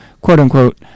quote-unquote